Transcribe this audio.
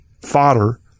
fodder